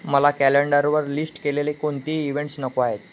मला कॅलेंडरवर लिस्ट केलेले कोणतीही इवेंट्स नको आहेत